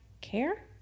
care